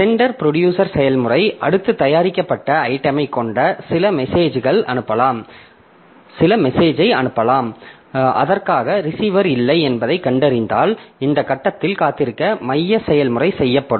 centre producer செயல்முறை அடுத்த தயாரிக்கப்பட்ட ஐட்டமைக் கொண்ட சில மெசேஜை அனுப்பினால் அதற்காக ரிசீவர் இல்லை என்பதைக் கண்டறிந்தால் இந்த கட்டத்தில் காத்திருக்க மைய செயல்முறை செய்யப்படும்